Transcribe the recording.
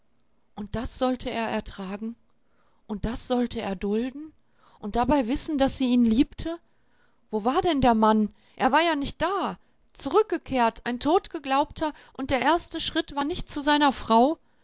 und das sollte er ertragen und das sollte er dulden und dabei wissen daß sie ihn liebte wo war denn der mann er war ja nicht da zurückgekehrt ein totgeglaubter und der erste schritt war nicht zu seiner frau